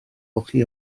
olchi